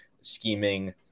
scheming